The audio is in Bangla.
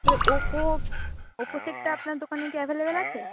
আর ওপো ওপো সেটটা আপনার দোকানে কি অ্যাভেলেবল আছে